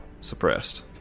suppressed